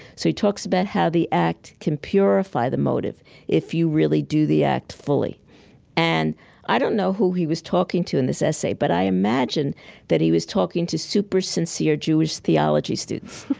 so he talks about how the act can purify the motive if you really do the act fully and i don't know who he was talking to in this essay, but i imagine he was talking to super sincere jewish theology students,